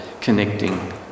connecting